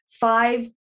Five